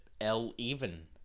L-Even